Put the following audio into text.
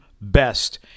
best